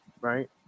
right